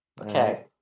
Okay